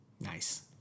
Nice